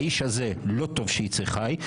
האיש הזה לא טוב שיצא חי.